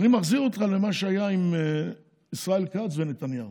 אני מחזיר אותך למה שהיה עם ישראל כץ ונתניהו.